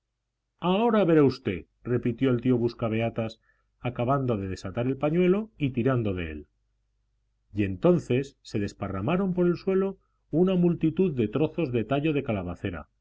ahora verá usted repitió el tío buscabeatas acabando de desatar el pañuelo y tirando de él y entonces se desparramaron por el suelo una multitud de trozos de tallo de calabacera